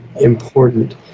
important